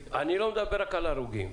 אני לא מדבר רק על הרוגים,